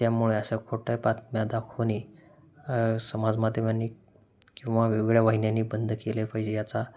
त्यामुळे अशा खोट्या बातम्या दाखवणे समाज माध्यमांनी किंवा वेगळ्या वाहिन्यानी बंद केल्या पाहिजे याचा